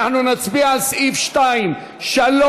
אנחנו נצביע על סעיפים 2, 3,